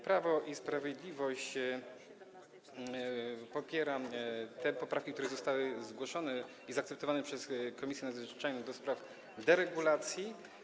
Prawo i Sprawiedliwość popiera te poprawki, które zostały zgłoszone i zaakceptowane przez Komisję Nadzwyczajną do spraw deregulacji.